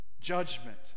judgment